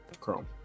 Chrome